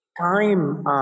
time